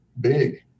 big